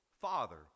Father